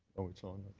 oh, it's on.